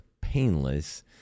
painless